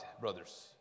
brothers